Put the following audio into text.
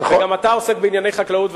אתה גם עוסק בענייני חקלאות,